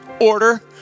order